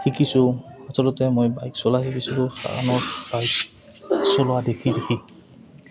শিকিছোঁ আচলতে মই বাইক চলা শিকিছিলোঁ আনৰ বাইক চলোৱা দেখি দেখি